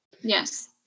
Yes